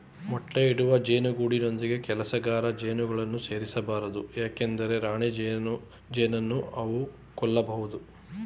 ಮೊಟ್ಟೆ ಇಡುವ ಜೇನು ಗೂಡಿನೊಂದಿಗೆ ಕೆಲಸಗಾರ ಜೇನುಗಳನ್ನು ಸೇರಿಸ ಬಾರದು ಏಕೆಂದರೆ ರಾಣಿಜೇನನ್ನು ಅವು ಕೊಲ್ಲಬೋದು